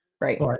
Right